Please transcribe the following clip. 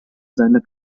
seiner